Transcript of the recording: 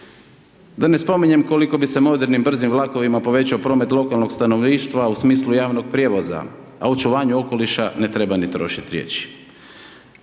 Da ne spominjem koliko bi se modernim, brzim vlakovima povećao promet lokalnog stanovništva, u smislu javnog prijevoza, a očuvanje okoliša ne treba ni trošiti riječi.